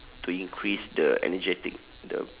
to increase the energetic the